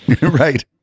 Right